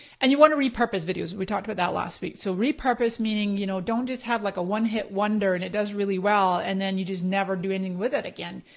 and you want to repurpose videos, we talked about that last week. so repurpose meaning you know don't just have like a one hit wonder and it does really well and then you just never do anything with it again.